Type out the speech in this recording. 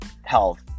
health